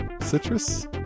citrus